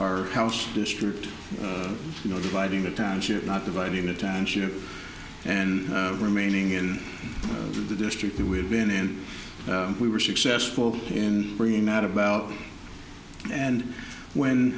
our house district you know dividing the township not dividing the township and remaining in the district that we had been in we were successful in bringing that about and when